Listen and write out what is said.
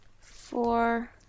Four